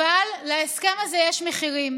אבל להסכם הזה יש מחירים,